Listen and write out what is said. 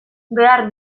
behar